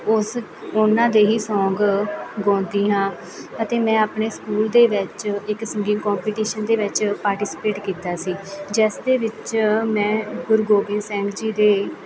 ਉਸ ਉਹਨਾਂ ਦੇ ਹੀ ਸੌਂਗ ਗਾਉਂਦੀ ਹਾਂ ਅਤੇ ਮੈਂ ਆਪਣੇ ਸਕੂਲ ਦੇ ਵਿੱਚ ਇੱਕ ਸੰਗੀਤੇ ਕੰਪੀਟੀਸ਼ਨ ਦੇ ਵਿੱਚ ਪਾਰਟੀਸਪੇਟ ਕੀਤਾ ਸੀ ਜਿਸ ਦੇ ਵਿੱਚ ਮੈਂ ਗੁਰੂ ਗੋਬਿੰਦ ਸਿੰਘ ਜੀ ਦੇ